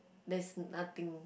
there's nothing